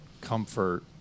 comfort